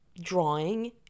drawing